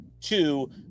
two